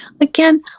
Again